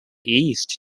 east